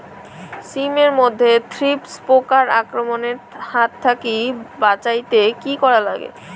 শিম এট মধ্যে থ্রিপ্স পোকার আক্রমণের হাত থাকি বাঁচাইতে কি করা লাগে?